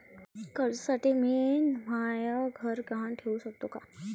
कर्जसाठी मी म्हाय घर गहान ठेवू सकतो का